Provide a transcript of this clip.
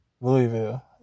Louisville